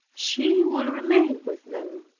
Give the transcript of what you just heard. she will remain with them